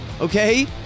Okay